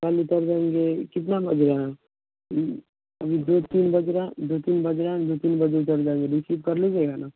हम उतर जाएँगे कितना बज रहा है अभी दो तीन बज रहा है दो तीन बज रहा है दो तीन बजे उतर जाएँगे रिसीव कर लीजिएगा ना